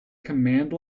command